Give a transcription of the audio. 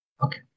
Okay